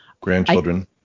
grandchildren